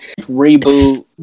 reboot